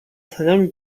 saniami